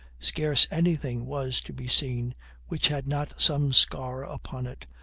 scarce anything was to be seen which had not some scar upon it,